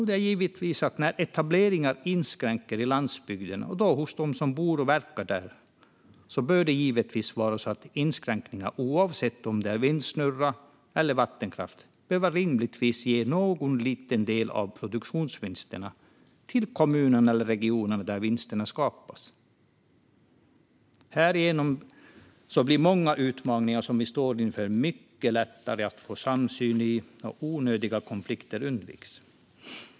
Jo, givetvis att om etableringar på landsbygden gör intrång hos dem som bor och verkar där bör de som gör intrånget, oavsett om det handlar om vindsnurra eller om vattenkraft, rimligtvis ge någon liten del av produktionsvinsterna till kommunen eller regionen där vinsterna skapas. Härigenom blir många utmaningar som vi står inför mycket lättare att få samsyn i, och onödiga konflikter undviks.